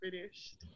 finished